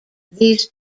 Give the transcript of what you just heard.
these